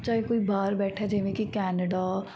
ਚਾਹੇ ਕੋਈ ਬਾਹਰ ਬੈਠਾ ਜਿਵੇਂ ਕਿ ਕੈਨੇਡਾ